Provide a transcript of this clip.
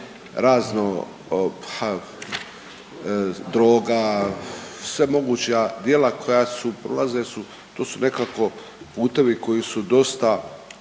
razno droga, sve moguća djela koja su prolaze su, to su nekako putovi koji su dosta